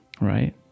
right